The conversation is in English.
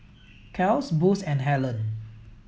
Kiehl's Boost and Helen